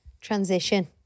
transition